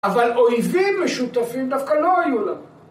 אבל אויבים משותפים דווקא לא היו לנו.